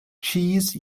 cheese